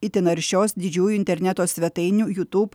itin aršios didžiųjų interneto svetainių youtube